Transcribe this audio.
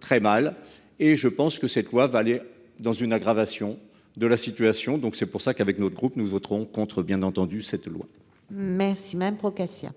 très mal et je pense que cette loi va aller dans une aggravation de la situation donc c'est pour ça qu'avec notre groupe, nous voterons contre bien entendu cette loi. Merci ma progression.